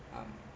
um